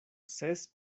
ses